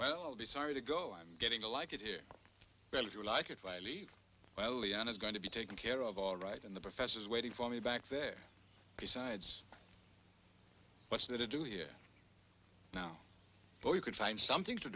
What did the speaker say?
well i'll be sorry to go i'm getting a like it here well if you like if i leave well the end is going to be taken care of all right in the professor's waiting for me back there besides what's there to do here now so you can find something to